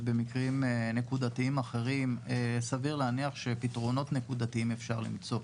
ובמקרים נקודתיים אחרים סביר להניח שפתרונות נקודתיים אפשר למצוא,